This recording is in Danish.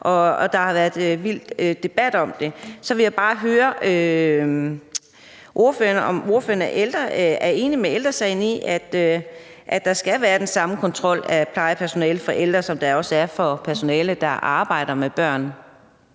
der har været vild debat om det. Så vil jeg bare høre ordføreren, om ordføreren er enig med Ældre Sagen i, at der skal være den samme kontrol af plejepersonale for ældre, som der er for personale, der arbejder med børn.